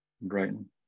Brighton